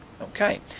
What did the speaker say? Okay